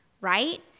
right